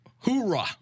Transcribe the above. hoorah